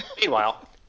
Meanwhile